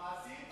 על המעשים?